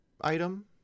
item